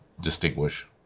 distinguish